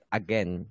again